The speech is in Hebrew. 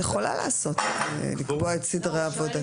היא יכולה לקבוע את סדרי עבודתה.